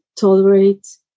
tolerate